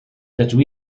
dydw